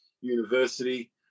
university